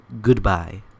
goodbye